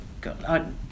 God